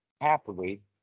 happily